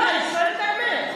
רק משפט סיום.